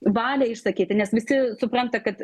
valią išsakyti nes visi supranta kad